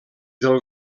del